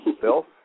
Phil